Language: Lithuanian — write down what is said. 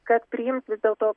kad priims vis dėlto